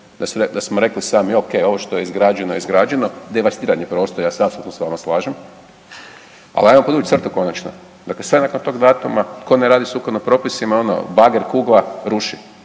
da smo rekli sami okej ovo što je izgrađeno izgrađeno, devastiran je prostor, ja se tu s vama slažem, al ajmo podvuć crtu konačno. Dakle, sve nakon tog datuma tko ne radi sukladno propisima ono bager kugla ruši